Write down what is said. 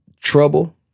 trouble